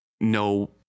no